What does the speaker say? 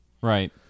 Right